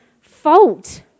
fault